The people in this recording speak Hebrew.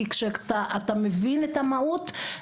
כי כשאתה מבין את המהות,